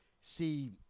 see